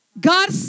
God